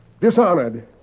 Dishonored